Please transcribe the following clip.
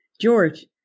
George